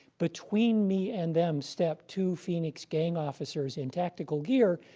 between me and them step two phoenix gang officers in tactical gear,